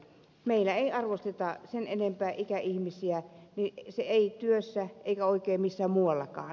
meillä ei arvosteta sen enempää ikäihmisiä ei työssä eikä oikein missään muuallakaan